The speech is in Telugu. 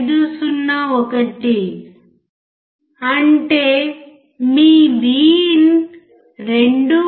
501 అంటే మీ VIN 2